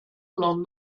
along